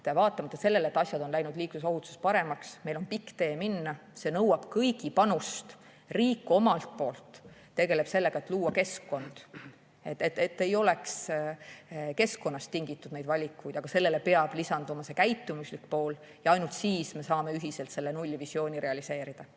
et vaatamata sellele, et asjad on läinud liiklusohutuses paremaks, on meil pikk tee minna. See nõuab kõigi panust. Riik omalt poolt tegeleb sellega, et luua keskkond, et need valikud ei oleks keskkonnast tingitud, aga sellele peab lisanduma käitumuslik pool. Ainult siis me saame ühiselt selle nullvisiooni realiseerida.